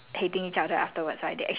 the blind date right is to be late